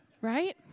Right